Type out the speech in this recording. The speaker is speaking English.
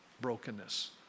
brokenness